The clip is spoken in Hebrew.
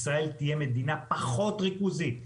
ישראל תהיה מדינה פחות ריכוזית,